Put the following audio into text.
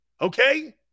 Okay